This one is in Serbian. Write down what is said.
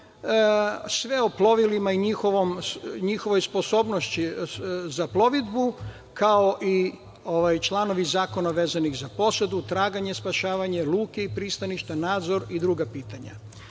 sve o plovilima i njihovoj sposobnosti za plovidbu, kao i članovi zakona za posadu, traganje, spašavanje, luke i pristaništa, nadzor i druga pitanja. Na